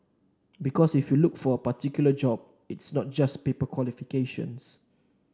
because if you look at a particular job it's not just paper qualifications